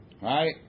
right